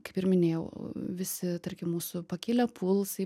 kaip ir minėjau visi tarkim mūsų pakilę pulsai